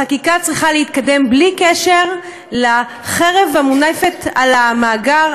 החקיקה צריכה להתקדם בלי קשר לחרב המונפת על המאגר.